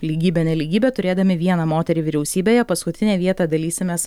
lygybę nelygybę turėdami vieną moterį vyriausybėje paskutinę vietą dalysimės